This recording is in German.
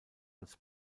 als